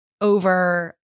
over